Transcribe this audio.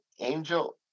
Angel